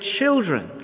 children